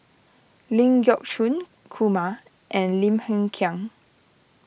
Ling Geok Choon Kumar and Lim Hng Kiang